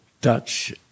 Dutch